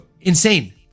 insane